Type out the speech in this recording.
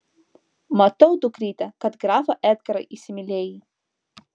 matau dukryte kad grafą edgarą įsimylėjai